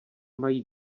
mají